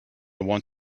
want